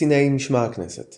קציני משמר הכנסת